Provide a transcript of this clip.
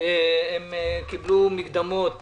והם קיבלו מקדמות